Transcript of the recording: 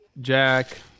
Jack